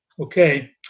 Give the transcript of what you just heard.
Okay